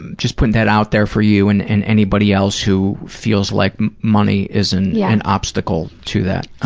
just putting that out there for you and and anybody else who feels like money is an yeah an obstacle to that.